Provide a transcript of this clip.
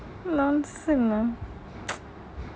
nonsense lah